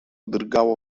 drgało